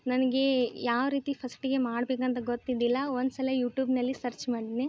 ನನಗೆ ಯಾವ ರೀತಿ ಫಸ್ಟಿಗೆ ಮಾಡ್ಬೇಕು ಅಂತ ಗೊತ್ತಿದ್ದಿಲ್ಲ ಒಂದು ಸಲ ಯುಟ್ಯೂಬ್ನಲ್ಲಿ ಸರ್ಚ್ ಮಾಡಿದ್ನಿ